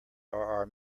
our